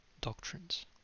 doctrines